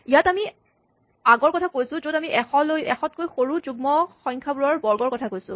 ইয়াত আমি আগৰ কথা কৈছো য'ত আমি ১০০ তকৈ সৰু যুগ্ম সংখ্যাবোৰৰ বৰ্গৰ কথা কৈছোঁ